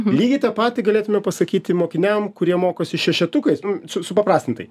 lygiai tą patį galėtume pasakyti mokiniam kurie mokosi šešetukais nu su supaprastintai